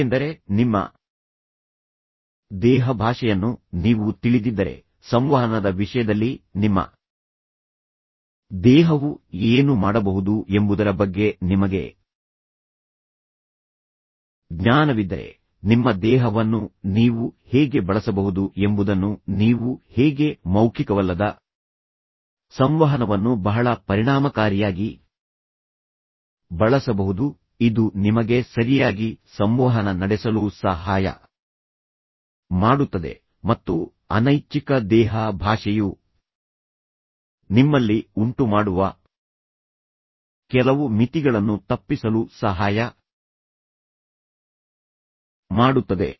ಏಕೆಂದರೆ ನಿಮ್ಮ ದೇಹ ಭಾಷೆಯನ್ನು ನೀವು ತಿಳಿದಿದ್ದರೆ ಸಂವಹನದ ವಿಷಯದಲ್ಲಿ ನಿಮ್ಮ ದೇಹವು ಏನು ಮಾಡಬಹುದು ಎಂಬುದರ ಬಗ್ಗೆ ನಿಮಗೆ ಜ್ಞಾನವಿದ್ದರೆ ನಿಮ್ಮ ದೇಹವನ್ನು ನೀವು ಹೇಗೆ ಬಳಸಬಹುದು ಎಂಬುದನ್ನು ನೀವು ಹೇಗೆ ಮೌಖಿಕವಲ್ಲದ ಸಂವಹನವನ್ನು ಬಹಳ ಪರಿಣಾಮಕಾರಿಯಾಗಿ ಬಳಸಬಹುದು ಇದು ನಿಮಗೆ ಸರಿಯಾಗಿ ಸಂವಹನ ನಡೆಸಲು ಸಹಾಯ ಮಾಡುತ್ತದೆ ಮತ್ತು ಅನೈಚ್ಛಿಕ ದೇಹ ಭಾಷೆಯು ನಿಮ್ಮಲ್ಲಿ ಉಂಟುಮಾಡುವ ಕೆಲವು ಮಿತಿಗಳನ್ನು ತಪ್ಪಿಸಲು ಸಹಾಯ ಮಾಡುತ್ತದೆ